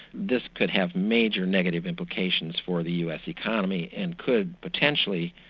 this could have major negative implications for the us economy, and could potentially,